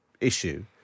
issue